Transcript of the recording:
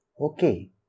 Okay